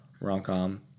rom-com